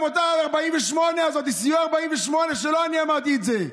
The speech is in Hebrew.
לעמותת סיוע 48, שלא אני אמרתי את זה.